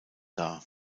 dar